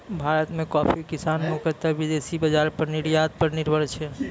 भारत मॅ कॉफी किसान मुख्यतः विदेशी बाजार पर निर्यात पर निर्भर छै